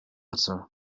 mater